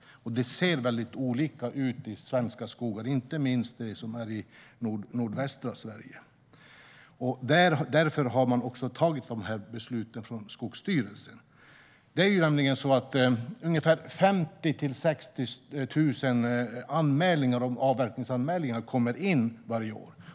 Det ser väldigt olika ut i svenska skogar, inte minst i nordvästra Sverige. Därför har Skogsstyrelsen fattat dessa beslut. Ungefär 50 000-60 000 avverkningsanmälningar kommer in varje år.